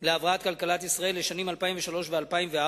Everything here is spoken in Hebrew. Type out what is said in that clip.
להבראת כלכלת ישראל לשנים 2003 ו-2004.